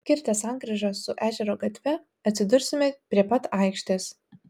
kirtę sankryžą su ežero gatve atsidursime prie pat aikštės